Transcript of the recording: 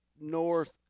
north